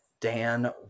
Dan